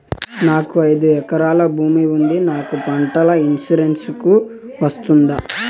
నాకు ఐదు ఎకరాల భూమి ఉంది నాకు పంటల ఇన్సూరెన్సుకు వస్తుందా?